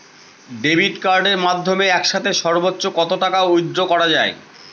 Debit কার্ডের মাধ্যমে একসাথে সর্ব্বোচ্চ কত টাকা উইথড্র করা য়ায়?